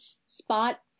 spot